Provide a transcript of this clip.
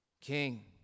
king